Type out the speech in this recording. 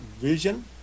vision